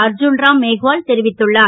அர்ஜுன்ராம் மேஹ்வால் தெரிவித்துள்ளார்